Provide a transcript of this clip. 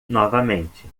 novamente